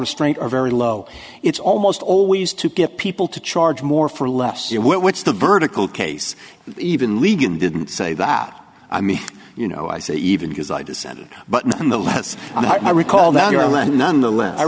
restraint are very low it's almost always to get people to charge more for less what's the vertical case even league and didn't say that i mean you know i say even because i descended but nonetheless i recall that you are a